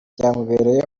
byamubereye